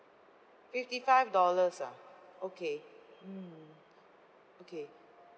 fifty five dollars ah okay hmm okay